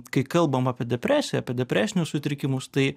kai kalbam apie depresiją apie depresinius sutrikimus tai